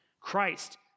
Christ